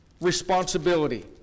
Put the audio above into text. responsibility